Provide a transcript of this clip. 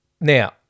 Now